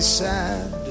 sad